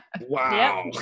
Wow